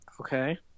Okay